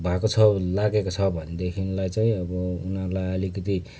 भएको छ लागेको छ भनेदेखिलाई चाहिँ अब उनीहरूलाई अलिकति